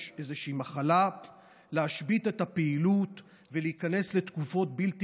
איזושהי מחלה להשבית את הפעילות ולהיכנס לתקופות בלתי